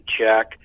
check